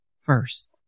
first